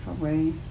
away